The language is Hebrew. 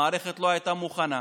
המערכת לא הייתה מוכנה,